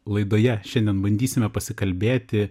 laidoje šiandien bandysime pasikalbėti